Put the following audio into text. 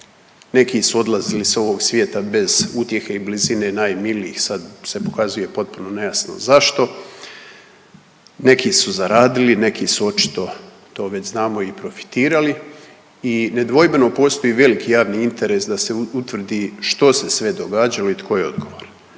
Neki su odlazili sa ovog svijeta bez utjehe i blizine najmilijih. Sad se pokazuje potpuno nejasno zašto. Neki su zaradili, neki su očito to već znamo i profitirali. I nedvojbeno postoji veliki javni interes da se utvrdi što se sve događalo i tko je odgovoran.